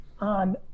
on